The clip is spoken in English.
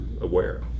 aware